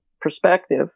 perspective